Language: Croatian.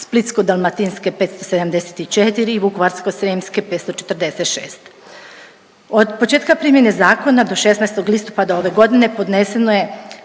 Splitsko-dalmatinske 574, Vukovarsko-srijemske 546. Od početka primjene zakona do 16. listopada ove godine podneseno je